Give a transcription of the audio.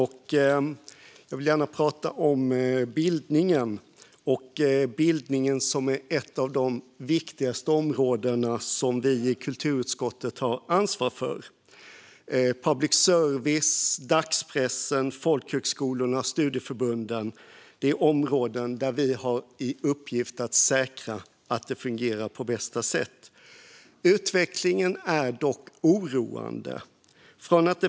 Herr talman! Jag vill gärna prata om bildningen. Bildningen är ett av de viktigaste områden som vi i kulturutskottet har ansvar för. Public service, dagspressen, folkhögskolorna och studieförbunden är områden där vi har i uppgift att säkra att det fungerar på bästa sätt. Utvecklingen är dock oroande.